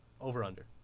Over-under